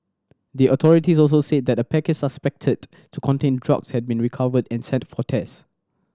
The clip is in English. the authorities also said that a package suspected to contain drugs had been recovered and sent for test